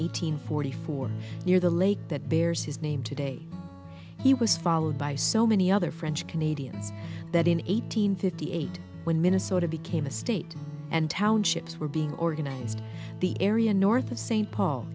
hundred forty four near the lake that bears his name today he was followed by so many other french canadians that in eight hundred fifty eight when minnesota became a state and townships were being organized the area north of st paul